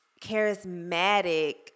charismatic